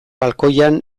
balkoian